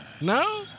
No